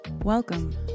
Welcome